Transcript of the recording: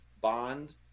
bond